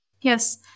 Yes